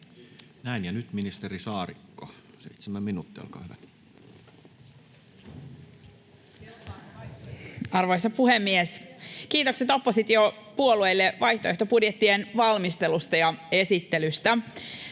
Time: 14:35 Content: Arvoisa puhemies! Kiitokset oppositiopuolueille vaihtoehtobudjettien valmistelusta ja esittelystä.